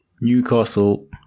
Newcastle